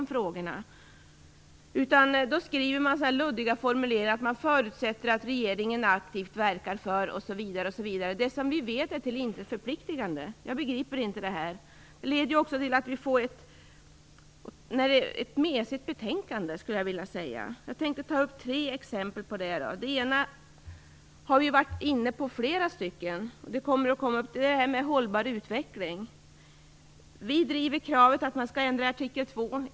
I stället blir det luddiga formuleringar om att man förutsätter att regeringen aktivt verkar för osv. Vi vet att det är till intet förpliktande. Jag begriper inte detta. Det leder ju till att det blir ett mesigt betänkande. Jag tänker ge tre exempel på det. Det första exemplet, och det har flera här varit inne på, gäller detta med en hållbar utveckling. Vi driver kravet att artikel 2 skall ändras.